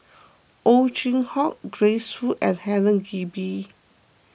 Ow Chin Hock Grace Fu and Helen Gilbey